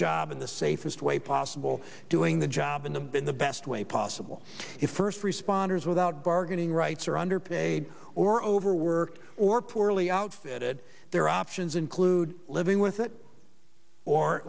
job in the safest way possible doing the job in the bin the best way possible if first responders without bargaining rights are underpaid or overworked or poorly outfitted their options include living with it or